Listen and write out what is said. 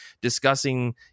discussing